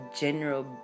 general